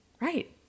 Right